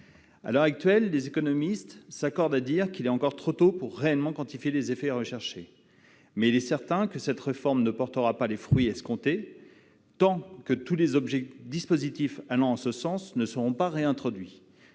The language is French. À l'heure actuelle, les économistes s'accordent à dire qu'il est encore trop tôt pour réellement quantifier les effets de cette mesure. Mais il est certain que cette réforme ne portera pas les fruits escomptés tant que tous les dispositifs allant en ce sens ne seront pas réintroduits.